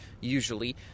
usually